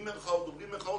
עם מירכאות ובלי מירכאות?